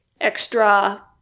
extra